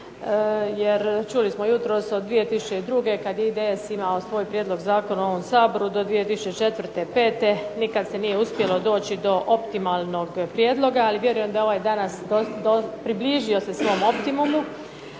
jer čuli smo jutros od 2002. kada je IDS imao svoj prijedlog zakona u ovom saboru do 2004., pete nikada se nije uspjelo doći do optimalnog prijedloga, ali vjerujem da se ovaj danas približio svom optimumu.